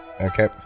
Okay